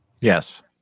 Yes